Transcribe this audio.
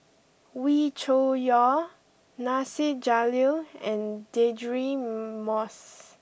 Wee Cho Yaw Nasir Jalil and Deirdre Moss